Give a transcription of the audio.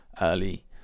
early